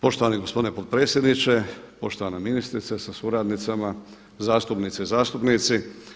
Poštovani gospodine potpredsjedniče, poštovana ministrice sa suradnicama, zastupnice i zastupnici.